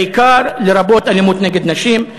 בעיקר ולרבות אלימות נגד נשים.